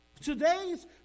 Today's